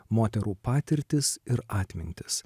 moterų patirtis ir atmintis